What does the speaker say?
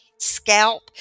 scalp